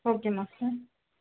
okay master